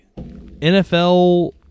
NFL